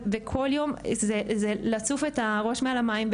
וכל יום להציף את הראש מעל המים,